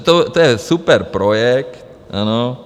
To je super projekt, ano.